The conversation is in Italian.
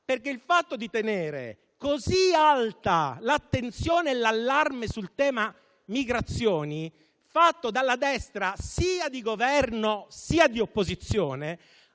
perché tenere così alti l'attenzione e l'allarme sul tema migrazioni, da parte della destra sia di Governo sia di opposizione,